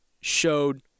showed